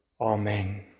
Amen